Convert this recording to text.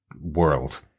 world